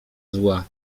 zła